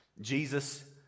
jesus